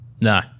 No